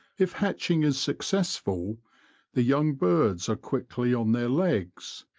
if hatching is successful the young birds are quickly on their legs,